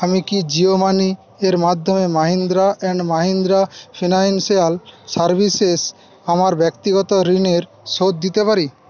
আমি কি জিও মানির মাধ্যমে Mahindra and Mahindra financial services আমার ব্যক্তিগত ঋণের শোধ দিতে পারি